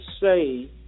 say